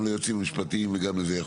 גם ליועצים המשפטיים וגם לזה.